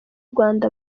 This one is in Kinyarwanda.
rwanda